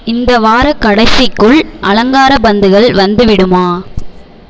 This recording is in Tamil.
இந்த வாரக் கடைசிக்குள் அலங்கார பந்துகள் வந்துவிடுமா